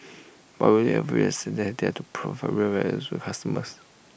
or will have realise that they have to provide real values to consumers